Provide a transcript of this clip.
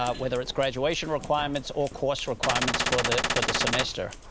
ah whether it's graduation requirements or course requirements for the for the semester.